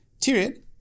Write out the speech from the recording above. Tyrion